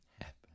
happen